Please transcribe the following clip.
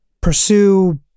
pursue